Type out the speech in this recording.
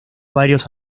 varios